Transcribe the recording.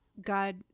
God